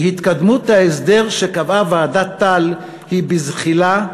"התקדמות ההסדר שקבעה ועדת טל היא בזחילה,